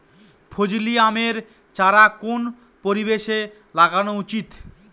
ফজলি আমের চারা কোন পরিবেশে লাগানো উচিৎ?